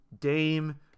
Dame